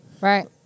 Right